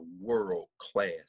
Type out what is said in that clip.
world-class